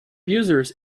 users